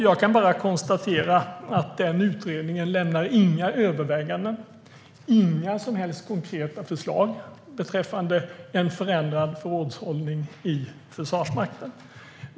Jag kan bara konstatera att utredningen inte lämnar några överväganden och inga som helst konkreta förslag beträffande en förändrad förrådshållning i Försvarsmakten.